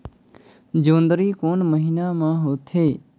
जोंदरी कोन महीना म होथे?